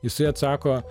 jisai atsako